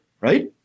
right